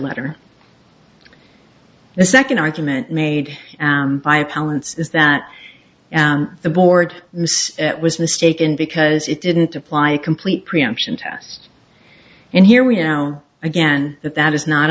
letter the second argument made by palance is that the board was mistaken because it didn't apply a complete preemption test and here we are now again that that is not